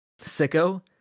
sicko